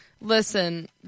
Listen